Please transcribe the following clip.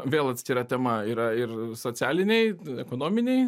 vėl atskira tema yra ir socialiniai ekonominiai